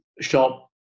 shop